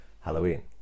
Halloween